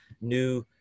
new